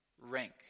rank